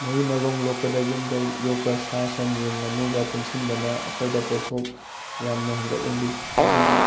ꯃꯍꯩ ꯃꯔꯣꯡ ꯂꯣꯛꯄꯗ ꯌꯨꯝꯗ ꯌꯣꯛꯄ ꯁꯥ ꯁꯟ ꯌꯦꯟ ꯉꯥꯅꯨꯒ ꯄꯨꯟꯁꯤꯟꯕꯅ ꯑꯩꯈꯣꯏꯗ ꯄꯣꯠꯊꯣꯛ ꯌꯥꯝꯅ ꯍꯦꯟꯒꯠꯍꯜꯂꯤ ꯍꯥꯏꯕꯗꯤ